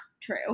true